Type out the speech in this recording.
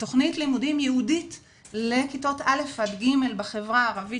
תכנית לימודים ייעודית לכיתות א'-ג' בחברה הערבית